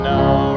Now